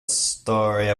story